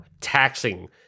taxing